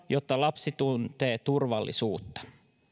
jotta lapsi tuntee turvallisuutta